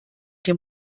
dem